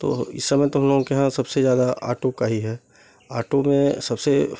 तो इस समय तो हम लोगों के यहाँ सबसे ज़्यादा ऑटो का ही है ऑटो में सबसे